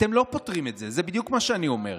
אתם לא פותרים את זה, זה בדיוק מה שאני אומר.